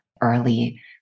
early